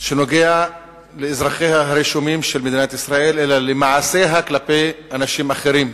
שנוגע לאזרחיה הרשומים של מדינת ישראל אלא למעשיה כלפי אנשים אחרים.